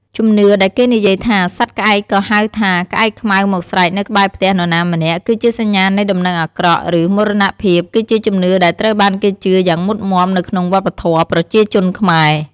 ជំនឿដែលគេនិយាយថា សត្វក្អែកក៏ហៅថា ក្អែកខ្មៅមកស្រែកនៅក្បែរផ្ទះនរណាម្នាក់ គឺជាសញ្ញានៃដំណឹងអាក្រក់ ឬមរណភាព គឺជាជំនឿដែលត្រូវបានគេជឿយ៉ាងមុតមាំនៅក្នុងវប្បធម៌ប្រជាជនខ្មែរ។